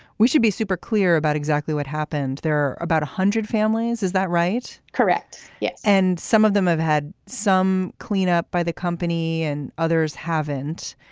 we should be super clear about exactly what happened. there are about one hundred families, is that right? correct. yes. and some of them have had some cleanup by the company and others haven't.